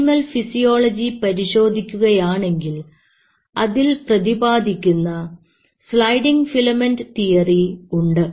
animal physiology പരിശോധിക്കുകയാണെങ്കിൽ അതിൽ പ്രതിപാദിക്കുന്ന സ്ലൈഡിങ് ഫിലമെന്റ് തിയറി ഉണ്ട്